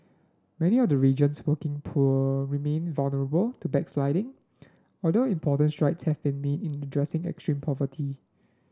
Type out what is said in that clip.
many of the region's working poor remain vulnerable to backsliding although important strides have been made in addressing extreme poverty